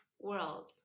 worlds